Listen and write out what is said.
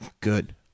good